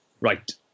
right